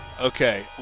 Okay